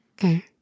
okay